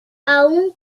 aún